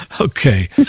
Okay